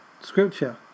scripture